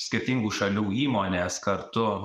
skirtingų šalių įmonės kartu